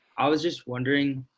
i was just wondering,